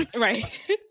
Right